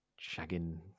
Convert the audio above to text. shagging